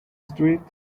street